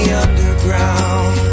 underground